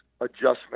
adjustment